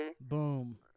Boom